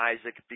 Isaac